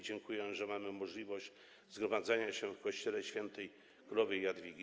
Dziękuję, że mamy możliwość zgromadzenia się w kościele św. Królowej Jadwigi.